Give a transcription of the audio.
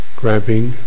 grabbing